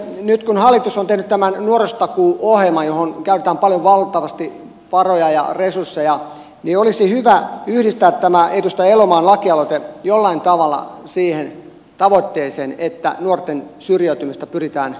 nyt kun hallitus on tehnyt tämän nuorisotakuuohjelman johon käytetään valtavan paljon varoja ja resursseja niin olisi hyvä yhdistää tämä edustaja elomaan lakialoite jollain tavalla siihen tavoitteeseen että nuorten syrjäytymistä pyritään estämään